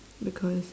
because